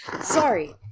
Sorry